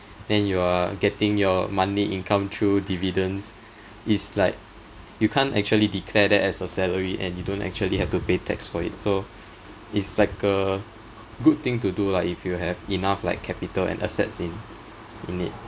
then you're getting your monthly income through dividends it's like you can't actually declare that as a salary and you don't actually have to pay tax for it so it's like a good thing to do lah if you have enough like capital and assets in in it